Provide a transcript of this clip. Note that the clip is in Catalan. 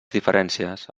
diferències